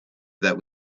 that